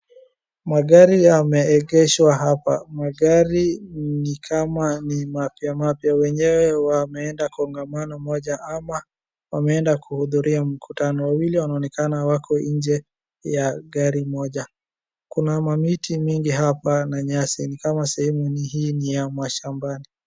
Magari yameegeshwa hapa, magari ni kama ni mapya mapya. Wenyewe wameenda kongamano moja ama wameenda kuhudhuria mkutano, wawili wanaonekana wako nje ya gari moja, kuna mamiti mingi hapa na nyasi, ni kama sehemu hii ni ya mashambani.